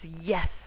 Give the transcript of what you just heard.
Yes